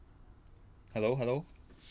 hello hello